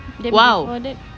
then before that